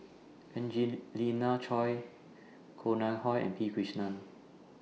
Angelina Choy Koh Nguang How and P Krishnan